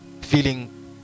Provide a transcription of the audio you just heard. feeling